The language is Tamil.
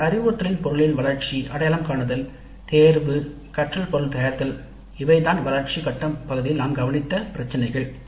பின்னர் அறிவுறுத்தல் பொருளின் வளர்ச்சி அடையாளம் காணல் தேர்வு கற்றல் பொருள் தயாரித்தல் இவைதான் வளர்ச்சி கட்டம் பகுதியில் நாம் கவனித்த பிரச்சினைகள்